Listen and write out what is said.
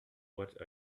what